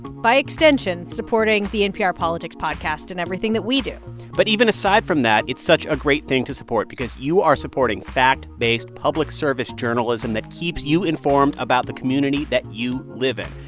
by extension, supporting the npr politics podcast and everything that we do but even aside from that, it's such a great thing to support because you are supporting fact-based public service journalism that keeps you informed about the community that you live in.